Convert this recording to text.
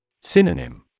Synonym